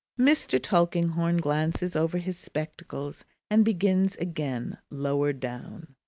mr. tulkinghorn glances over his spectacles and begins again lower down.